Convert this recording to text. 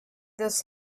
this